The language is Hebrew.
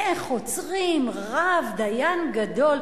איך עוצרים רב, דיין גדול.